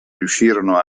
riuscirono